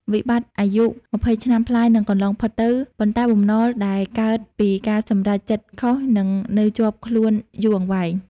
វិបត្តិអាយុ២០ឆ្នាំប្លាយនឹងកន្លងផុតទៅ ប៉ុន្តែបំណុលដែលកើតពីការសម្រេចចិត្តខុស នឹងនៅជាប់ខ្លួនយូរអង្វែង។